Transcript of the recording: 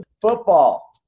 Football